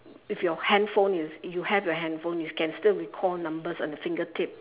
if your handphone is if you have your handphone you can still recall numbers on your fingertip